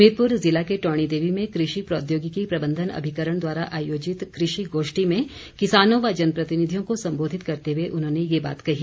हमीरपुर जिला के टौणी देवी में कृषि प्रौद्योगिकी प्रबंधन अभिकरण द्वारा आयोजित कृषि गोष्ठी में किसानों व जन प्रतिनिधियों को सम्बोधित करते हुए ये बात कही